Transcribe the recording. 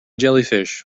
jellyfish